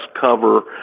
cover